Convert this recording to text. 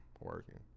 working